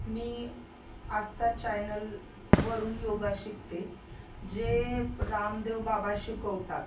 मी आस्था चायनलवरून योगा शिकते जे रामदेव बाबा शिकवतात